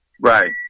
Right